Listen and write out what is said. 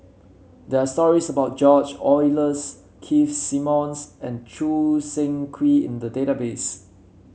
there are stories about George Oehlers Keith Simmons and Choo Seng Quee in the database